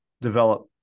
develop